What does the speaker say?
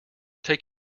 take